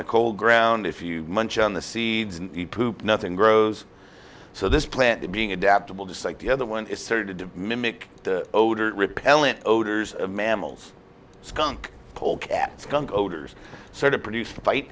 the cold ground if you munch on the seeds and poop nothing grows so this plant being adaptable just like the other one is started to mimic the odor repellent odors of mammals skunk polecat skunk odors sort of produce